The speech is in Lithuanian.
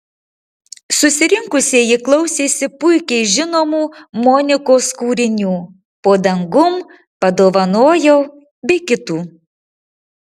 susirinkusieji klausėsi puikiai žinomų monikos kūrinių po dangum padovanojau bei kitų